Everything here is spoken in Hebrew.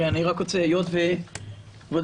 כבוד